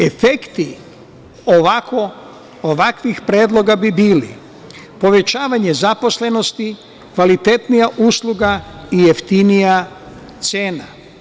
Efekti ovakvih predloga bi bili povećavanje zaposlenosti, kvalitetnija usluga i jeftinija cena.